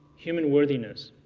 human worthiness,